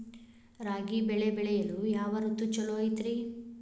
ರಾಗಿ ಬೆಳೆ ಬೆಳೆಯಲು ಯಾವ ಋತು ಛಲೋ ಐತ್ರಿ?